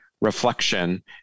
reflection